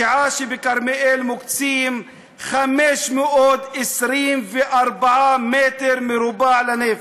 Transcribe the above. בשעה שבכרמיאל מוקצים 524 מ"ר לנפש.